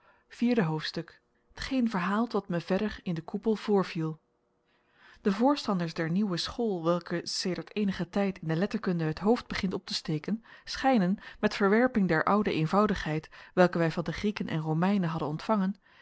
vierde hoofdstuk t geen verhaalt wat me verder in den koepel voorviel de voorstanders der nieuwe school welke sedert eenigen tijd in de letterkunde het hoofd begint op te steken schijnen met verwerping der oude eenvoudigheid welke wij van de grieken en romeinen hadden ontvangen